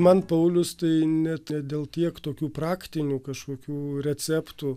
man paulius tai net ne dėl tiek tokių praktinių kažkokių receptų